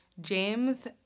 James